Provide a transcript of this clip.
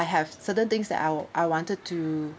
I have certain things that I'll I wanted to